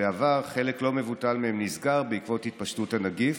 שבעבר חלק לא מבוטל מהם נסגר בעקבות התפשטות הנגיף.